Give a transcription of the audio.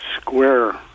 Square